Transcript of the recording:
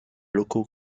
locaux